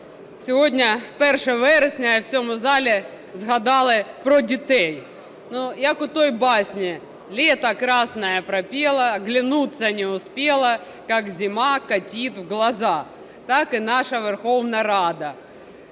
сьогодні 1 вересня, і в цьому залі згадали про дітей. Як у тій басні: "Лето красное пропела, оглянуться не успела, как зима катит в глаза". Так і наша Верховна Рада.